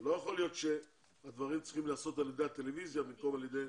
לא יכול להיות שהדברים צריכים להיעשות על ידי הטלוויזיה במקום על ידי